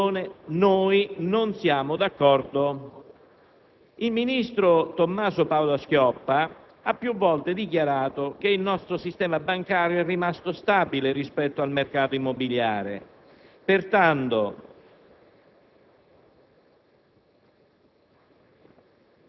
Ebbene, rispetto a questa motivazione non siamo d'accordo. Il ministro Tommaso Padoa-Schioppa ha più volte dichiarato che il nostro sistema bancario è rimasto stabile rispetto al mercato immobiliare.